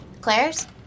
Claire's